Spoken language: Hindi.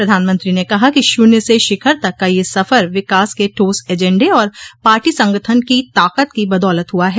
प्रधानमंत्री ने कहा कि शून्य से शिखर तक का यह सफर विकास के ठोस एजेंडे और पार्टी संगठन की ताकत को बदौलत हुआ है